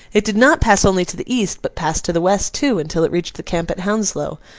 it did not pass only to the east, but passed to the west too, until it reached the camp at hounslow,